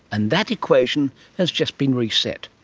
and that equation has just been reset.